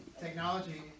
Technology